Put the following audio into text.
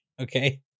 okay